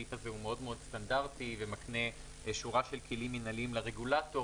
הסעיף הזה סטנדרטי מאוד ומקנה שורה של כלים מינהליים לרגולטור